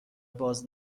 باز